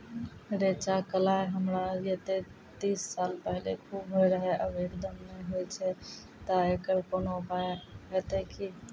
रेचा, कलाय हमरा येते तीस साल पहले खूब होय रहें, अब एकदम नैय होय छैय तऽ एकरऽ कोनो उपाय हेते कि?